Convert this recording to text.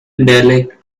dalek